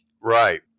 Right